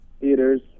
theaters